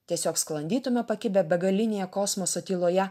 tiesiog sklandytume pakibę begalinėje kosmoso tyloje